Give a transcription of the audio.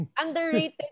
Underrated